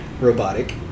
robotic